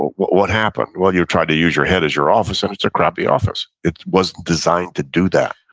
what what happened? well, you tried to use your head as your office and it's a crappy office. it wasn't designed to do that.